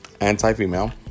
anti-female